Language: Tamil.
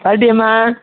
பாட்டியம்மா